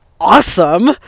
awesome